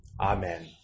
Amen